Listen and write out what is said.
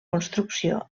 construcció